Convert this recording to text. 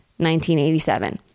1987